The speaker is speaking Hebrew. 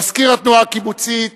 מזכיר התנועה הקיבוצית